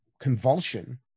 convulsion